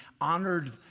honored